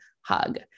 hug